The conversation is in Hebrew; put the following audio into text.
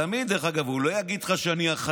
תמיד, דרך אגב, הוא לא יגיד לך: אני החתול.